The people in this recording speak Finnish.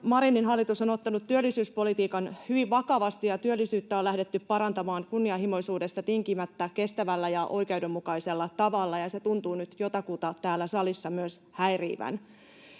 Marinin hallitus on ottanut työllisyyspolitiikan hyvin vakavasti, ja työllisyyttä on lähdetty parantamaan kunnianhimoisuudesta tinkimättä kestävällä ja oikeudenmukaisella tavalla, ja se tuntuu nyt jotakuta täällä salissa myös häiritsevän.